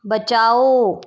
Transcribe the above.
बचाओ